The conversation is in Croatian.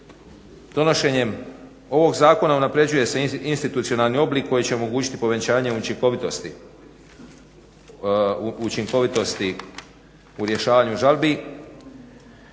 Donošenjem ovog zakona unaprjeđuje se institucionalni oblik koji će omogućiti povećanje učinkovitosti u rješavanju žalbi.